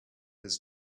his